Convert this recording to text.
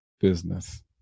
business